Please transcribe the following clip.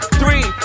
three